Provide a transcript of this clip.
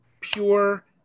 pure